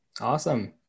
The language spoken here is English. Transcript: Awesome